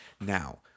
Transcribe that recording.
Now